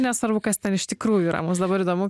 nesvarbu kas ten iš tikrųjų yra mums dabar įdomu